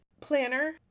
planner